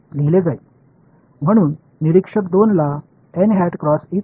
இது பிளஸ் 0 என எழுதப்படும்